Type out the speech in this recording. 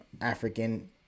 African